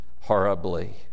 horribly